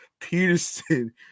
Peterson